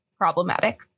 problematic